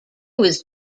was